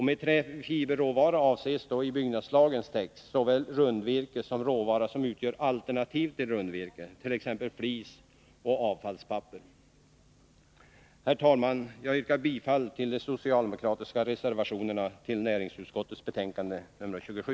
Med träfiberråvara avses i byggnadslagens text såväl rundvirke som råvara som utgör alternativ till rundvirke, t.ex. flis och avfallspapper. Herr talman! Jag yrkar bifall till de socialdemokratiska reservationerna som är fogade till näringsutskottets betänkande nr 27.